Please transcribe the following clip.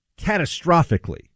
catastrophically